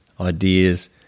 ideas